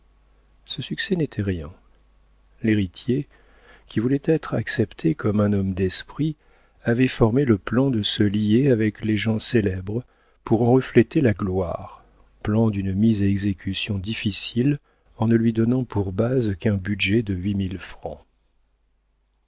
ce succès n'était rien l'héritier qui voulait être accepté comme un homme d'esprit avait formé le plan de se lier avec les gens célèbres pour en refléter la gloire plan d'une mise à exécution difficile en ne lui donnant pour base qu'un budget de huit mille francs